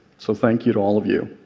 so thank you to all of you,